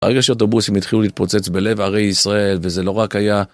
הרגע שהאוטובוסים התחילו להתפוצץ בלב ערי ישראל, וזה לא רק היה...